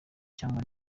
cyangwa